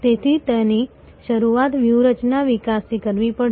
તેથી તેની શરૂઆત વ્યૂહરચના વિકાસથી કરવી પડશે